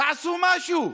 תעשו משהו,